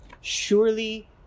Surely